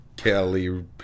Kelly